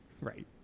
Right